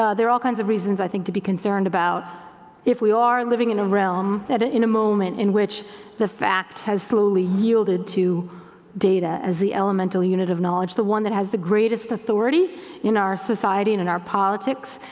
ah there all kinds of reasons i think to be concerned about if we are living in a realm, in a moment in which the fact has slowly yielded to data as the elemental unit of knowledge, the one that has the greatest authority in our society and in our politics,